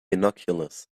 binoculars